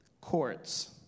courts